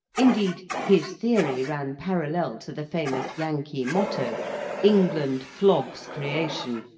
indeed his theory ran parallel to the famous yankee motto england flogs creation,